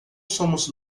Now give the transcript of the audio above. somos